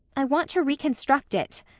i want to reconstruct it.